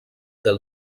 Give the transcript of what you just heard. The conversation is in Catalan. del